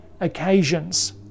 occasions